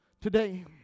Today